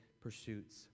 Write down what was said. pursuits